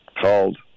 called